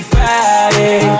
Friday